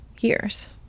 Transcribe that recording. years